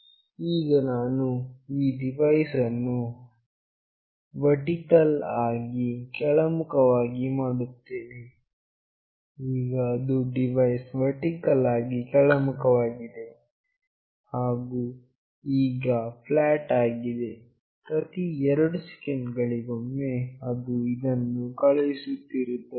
ಈಗ ನಾನು ಈ ಡಿವೈಸ್ ಅನ್ನು ವರ್ಟಿಕಲ್ ಆಗಿ ಕೆಳಮುಖವಾಗಿ ಮಾಡುತ್ತೇನೆ ಈಗ ಅದು ಡಿವೈಸ್ ವು ವರ್ಟಿಕಲ್ ಆಗಿ ಕೆಳಮುಖವಾಗಿದೆ ಹಾಗು ಈಗ ಫ್ಲಾಟ್ ಆಗಿದೆ ಪ್ರತಿ 2 ಸೆಕೆಂಡ್ ಗಳಿಗೊಮ್ಮೆ ಅದು ಇದನ್ನು ಕಳುಹಿಸುತ್ತಿರುತ್ತದೆ